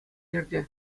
иртӗ